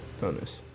bonus